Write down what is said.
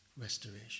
restoration